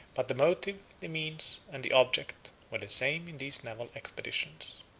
but the motive, the means, and the object, were the same in these naval expeditions.